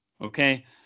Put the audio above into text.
okay